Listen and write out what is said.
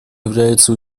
являются